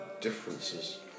differences